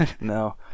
No